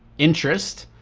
interest.